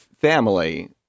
family